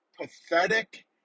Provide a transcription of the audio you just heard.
pathetic